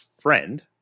friend